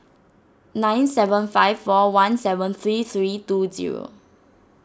nine seven five four one seven three three two zero